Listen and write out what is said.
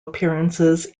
appearances